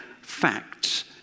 facts